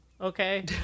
Okay